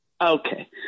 Okay